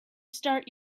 start